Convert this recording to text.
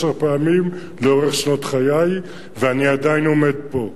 עשר פעמים לאורך שנות חיי ואני עדיין עומד פה.